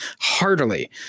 heartily